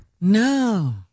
No